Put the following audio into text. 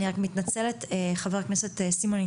אני רק מתנצלת חבר הכנסת סימון,